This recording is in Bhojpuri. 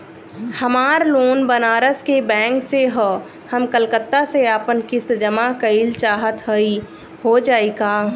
हमार लोन बनारस के बैंक से ह हम कलकत्ता से आपन किस्त जमा कइल चाहत हई हो जाई का?